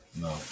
No